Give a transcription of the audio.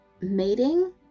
mating